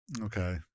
Okay